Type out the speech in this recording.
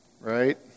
right